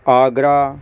Agra